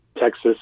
Texas